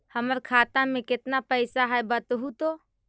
हमर खाता में केतना पैसा है बतहू तो?